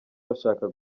bashaka